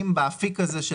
תשואה.